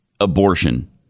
abortion